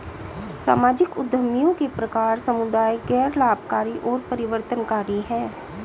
सामाजिक उद्यमियों के प्रकार समुदाय, गैर लाभकारी और परिवर्तनकारी हैं